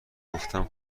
گفتم